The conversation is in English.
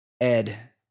Ed